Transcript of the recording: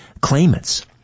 claimants